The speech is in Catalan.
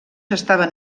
estaven